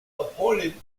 appointed